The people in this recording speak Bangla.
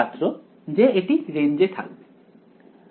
ছাত্র যে এটি রেঞ্জে থাকবে